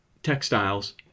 Textiles